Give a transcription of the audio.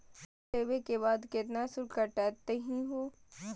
Loan लेवे के बाद केतना शुल्क कटतही हो?